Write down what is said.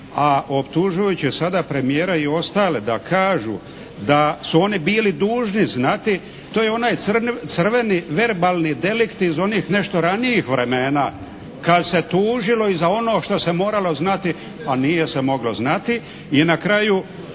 a optužujući sada premijera i ostale da kažu da su oni bili dužni znati, to je onaj crveni verbalni delikt iz onih nešto ranijih vremena kad se tužilo i za ono što se moralo znati, a nije se moglo znati. I na kraju,